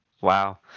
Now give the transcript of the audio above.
wow